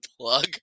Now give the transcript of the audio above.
plug